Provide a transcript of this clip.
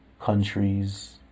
countries